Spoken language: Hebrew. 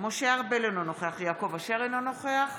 משה ארבל, אינו נוכח יעקב אשר, אינו נוכח